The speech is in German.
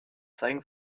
zeigen